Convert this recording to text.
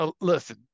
Listen